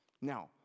Now